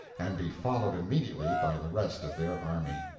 and be followed immediately by the rest of their army.